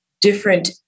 different